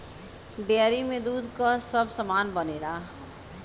dairy में दूध क सब सामान बनेला